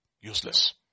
useless